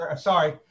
sorry